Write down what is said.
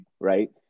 Right